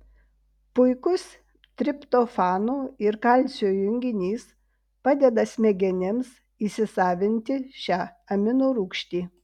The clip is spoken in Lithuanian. puikus triptofano ir kalcio junginys padeda smegenims įsisavinti šią aminorūgštį